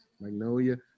Magnolia